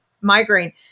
migraine